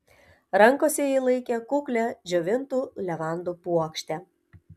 rankose ji laikė kuklią džiovintų levandų puokštę